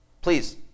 Please